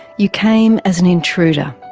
you came as an intruder,